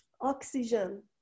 oxygen